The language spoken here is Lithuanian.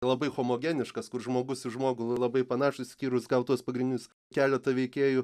labai homogeniškas kur žmogus į žmogų labai panašūs išskyrus gal tuos pagrindinius keletą veikėjų